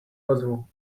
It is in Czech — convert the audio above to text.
ozvu